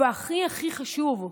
והכי הכי חשוב,